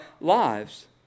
lives